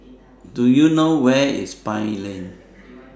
Do YOU know Where IS Pine Lane